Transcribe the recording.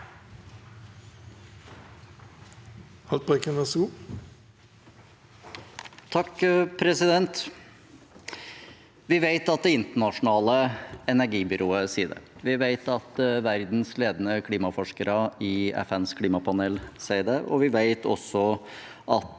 (SV) Vi vet at Det in- ternasjonale energibyrået sier det, vi vet at verdens ledende klimaforskere i FNs klimapanel sier det,